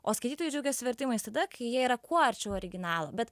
o skaitytojai džiaugiasi vertimais tada kai jie yra kuo arčiau originalo bet